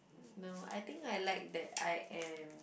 no I think I like that I am